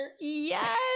Yes